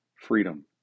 freedom